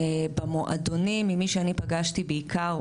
במועדונים עם מי שאני פגשתי בעיקר,